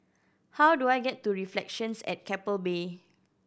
how do I get to Reflections at Keppel Bay